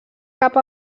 cap